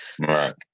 right